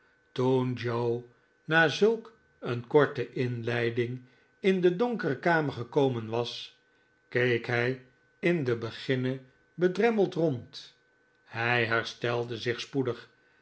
toen joe na zulk een korte inleiding in de donkere kamer gekomen was keek hij in den beginne bedremmeld rond hij herstelde zich spoedig